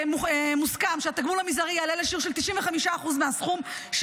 מוסכם שהתגמול המזערי יעלה לשיעור של 95% מהסכום הבסיסי לחודש,